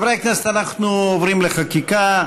חברי הכנסת, אנחנו עוברים לחקיקה.